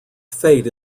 fate